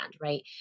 right